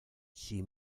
she